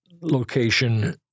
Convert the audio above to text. location